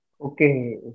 Okay